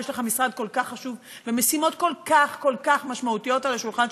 יש לך משרד כל כך חשוב ומשימות כל כך כל כך משמעויות על השולחן,